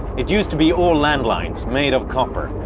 it used to be all landlines, made of copper.